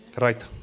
right